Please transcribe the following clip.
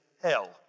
hell